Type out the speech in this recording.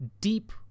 deep